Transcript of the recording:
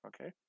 okay